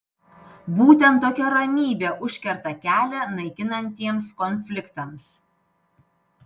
būtent tokia ramybė užkerta kelią naikinantiems konfliktams